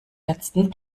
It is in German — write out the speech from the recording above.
letzten